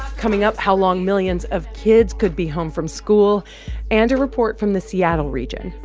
coming up how long millions of kids could be home from school and a report from the seattle region,